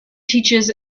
teaches